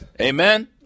Amen